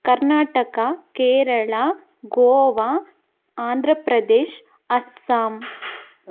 Karnataka Kerala Goa Andhra Pradesh Assam